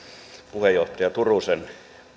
puheenjohtaja turusen